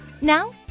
Now